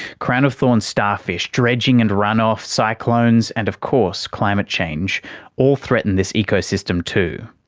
crown of thorns starfish, dredging and runoff, cyclones, and of course climate change all threaten this ecosystem too.